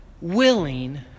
willing